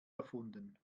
erfunden